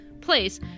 place